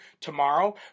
tomorrow